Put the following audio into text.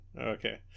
Okay